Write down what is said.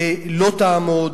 לא תעמוד.